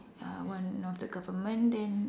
uh one of the government then